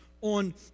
on